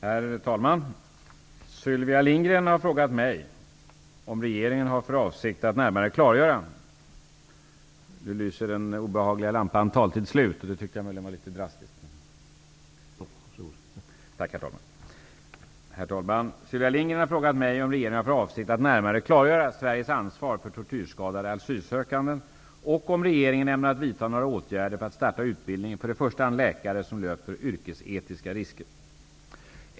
Herr talman! Sylvia Lindgren har frågat mig om regeringen har för avsikt att närmare klargöra Sveriges ansvar för tortyrskadade asylsökande och om regeringen ämnar vidta några åtgärder för att starta utbildning för i första hand läkare som löper yrkesetiska risker.